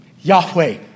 Yahweh